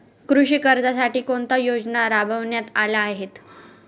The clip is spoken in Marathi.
कृषी कर्जासाठी कोणत्या योजना राबविण्यात आल्या आहेत?